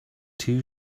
two